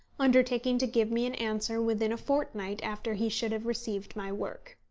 undertaking to give me an answer within a fortnight after he should have received my work.